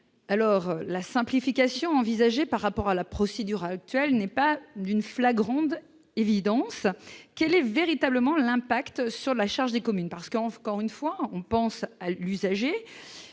alors la simplification envisagée par rapport à la procédure actuelle n'est pas d'une flagrant d'évidence quel est véritablement l'impact sur la charge des communes parce qu'encore une fois, on pense à l'usager,